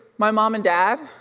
my mom and dad,